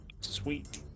Sweet